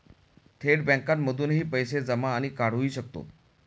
थेट बँकांमधूनही पैसे जमा आणि काढुहि शकतो